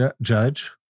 Judge